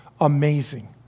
amazing